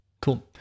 Cool